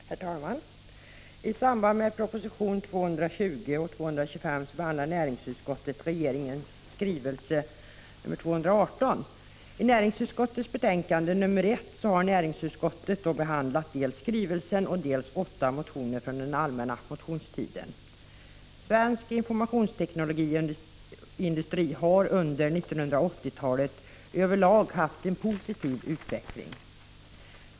Herr talman! I samband med behandlingen av propositionerna 220 och 225 behandlar näringsutskottet regeringens skrivelse 218. I näringsutskottets betänkande 1 har utskottet behandlat dels den skrivelsen, dels åtta motioner från allmänna motionstiden. Svensk informationsteknologi har under 1980-talet över lag haft en positiv utveckling.